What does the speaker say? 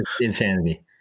Insanity